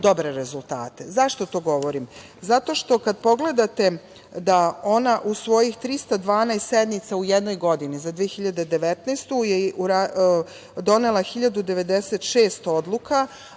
dobre rezultate.Zašto to govorim? Zato što kad pogledate da ona u svojih 312 sednica u jednoj godini za 2019. je donela 1096 odluka,